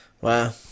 Wow